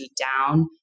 down